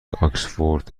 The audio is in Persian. آکسفورد